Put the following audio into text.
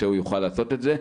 שהוא יוכל לעשות את זה.